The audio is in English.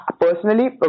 personally